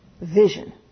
vision